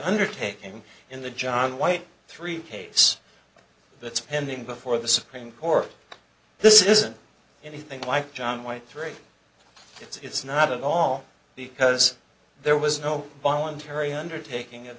undertaking in the john white three case that's pending before the supreme court this isn't anything like john white three it's not at all because there was no voluntary undertaking of